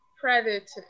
credit